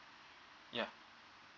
ya